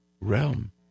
realm